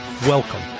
Welcome